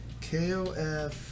Kof